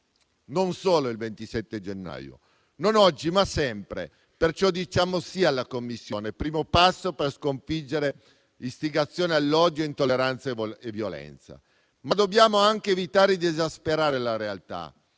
Non solo il 27 gennaio, non oggi, ma sempre, perciò, diciamo sì alla Commissione, primo passo per sconfiggere l'istigazione all'odio, l'intolleranza e la violenza, ma dobbiamo anche evitare di esasperare la realtà.